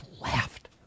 laughed